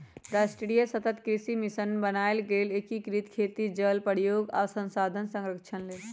राष्ट्रीय सतत कृषि मिशन बनाएल गेल एकीकृत खेती जल प्रयोग आ संसाधन संरक्षण लेल